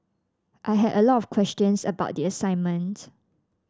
I had a lot of questions about the assignment